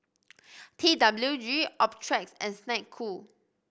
T W G Optrex and Snek Ku